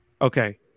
okay